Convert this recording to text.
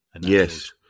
Yes